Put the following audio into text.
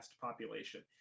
population